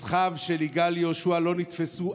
רוצחיו של יגאל יהושע לא נתפסו,